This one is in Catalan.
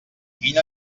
quin